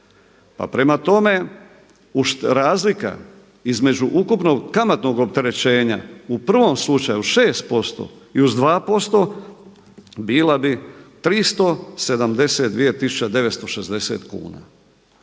prema tome razlika između ukupnog kamatnog opterećenja u prvom slučaju 6% i uz 2% bila bi 372960 kuna.